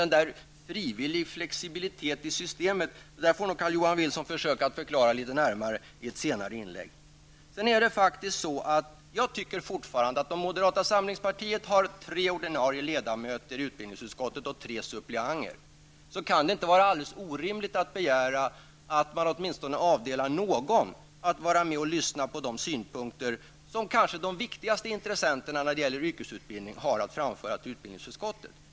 Men Carl-Johan Wilson får nog i ett senare inlägg försöka förklara litet närmare med vad han menar med en frivillig flexibilitet i systemet. Jag tycker fortfarande, att om moderata samlingspartiet har tre ordinarie ledamöter och tre suppleanter i utbildningsutskottet, kan det inte vara alldeles orimligt att begära att man åtminstone avdelar någon att vara med och lyssna på de synpunkter som kanske de viktigaste intressenterna när det gäller yrkesutbildning har att framföra till utbildningsutskottet.